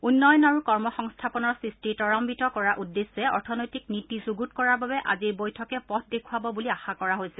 উন্নয়ন আৰু কৰ্ম সংস্থাপনৰ সৃষ্টি ত্ৰান্বিত কৰাৰ উদ্দেশ্যে অৰ্থনৈতিক নীতি যুণ্ডত কৰাৰ বাবে আজিৰ বৈঠকে পথ দেখুৱাব বুলি আশা কৰা হৈছে